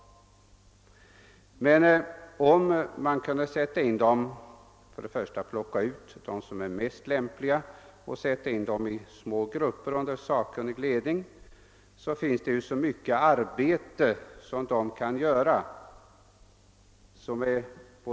Men om man kunde plocka ut dem som är mest lämpliga och sätta in dessa i små grupper under sakkunnig ledning borde det gå att nå vissa resultat.